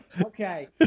Okay